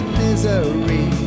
misery